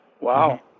Wow